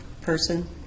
person